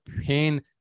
pain